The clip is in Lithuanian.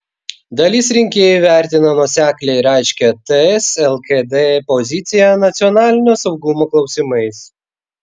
dalis rinkėjų vertina nuoseklią ir aiškią ts lkd poziciją nacionalinio saugumo klausimais